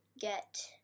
get